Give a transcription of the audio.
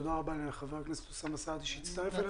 תודה רבה לח"כ אוסאמה סעדי שהצטרף אלינו.